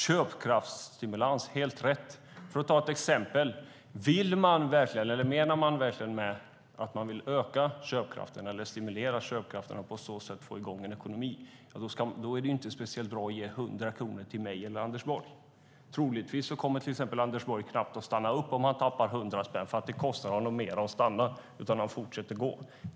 Köpkraftsstimulans är helt rätt, men vill man verkligen stimulera köpkraften och på så sätt få i gång ekonomin är det inte speciellt bra att ge 100 kronor till mig eller Anders Borg. Troligtvis skulle Anders Borg inte stanna upp om han tappade 100 kronor, för det kostar honom mer att stanna än att fortsätta gå.